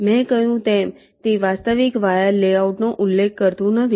મેં કહ્યું તેમ તે વાસ્તવિક વાયર લેઆઉટનો ઉલ્લેખ કરતું નથી